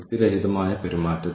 അതെല്ലാം ഇവിടെ പരിഗണിക്കേണ്ടതുണ്ട്